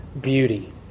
beauty